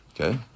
Okay